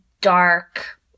dark